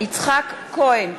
יצחק כהן,